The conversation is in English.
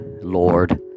Lord